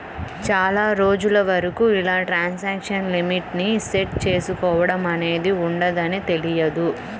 చాలా రోజుల వరకు ఇలా ట్రాన్సాక్షన్ లిమిట్ ని సెట్ చేసుకోడం అనేది ఉంటదని తెలియదు